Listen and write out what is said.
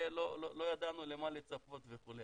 לא ידענו למה לצפות וכו'.